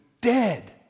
dead